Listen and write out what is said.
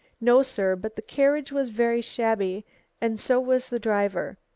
no, sir. but the carriage was very shabby and so was the driver.